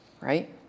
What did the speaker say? right